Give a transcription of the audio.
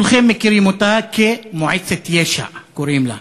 כולכם מכירים אותה, מועצת יש"ע קוראים לה,